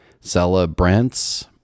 Celebrants